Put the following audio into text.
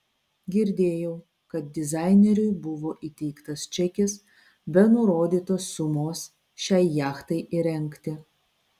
girdėjau kad dizaineriui buvo įteiktas čekis be nurodytos sumos šiai jachtai įrengti